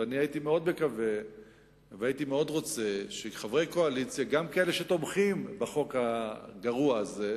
ואני הייתי מאוד מקווה ורוצה שגם חברי קואליציה שתומכים בחוק הגרוע הזה,